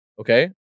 Okay